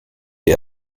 wir